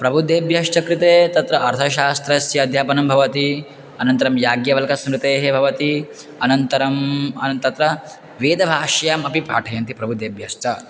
प्रबुद्धेभ्यश्च कृते तत्र अर्थशास्त्रस्य अध्यापनं भवति अनन्तरं याज्ञवल्कस्मृतिः भवति अनन्तरम् अनं तत्र वेदभाष्यमपि पाठयन्ति प्रबुद्धेभ्यश्च